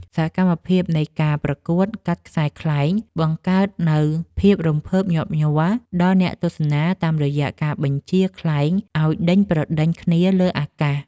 សកម្មភាពនៃការប្រកួត កាត់ខ្សែខ្លែង បង្កើតនូវភាពរំភើបញាប់ញ័រដល់អ្នកទស្សនា តាមរយៈការបញ្ជាខ្លែងឱ្យដេញប្រដេញគ្នាលើអាកាស។